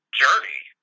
journey